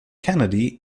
kennedy